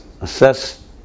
Assess